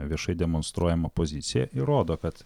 viešai demonstruojama pozicija įrodo kad